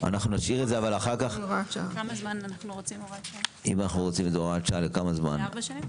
לכמה זמן הוראת שעה, לארבע שנים?